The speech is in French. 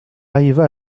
arriva